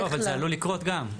לא, אבל זה עלול לקרות גם.